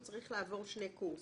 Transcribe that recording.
הוא צריך לעבור שני קורסים.